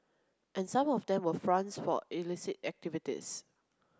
and some of them were fronts for illicit activities